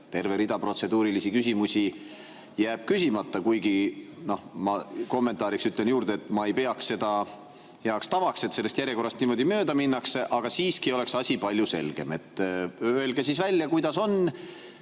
terve rida protseduurilisi küsimusi jääb küsimata. Kuigi ma kommentaariks ütlen juurde, et ma ei peaks seda heaks tavaks, et sellest järjekorrast niimoodi mööda minnakse, aga siiski oleks asi palju selgem. Öelge siis välja, kuidas on,